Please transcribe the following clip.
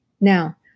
Now